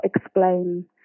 explain